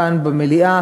כאן במליאה,